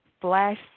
flash